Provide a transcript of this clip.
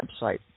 website